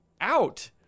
out